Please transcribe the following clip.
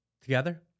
together